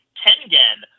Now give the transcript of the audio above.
tengen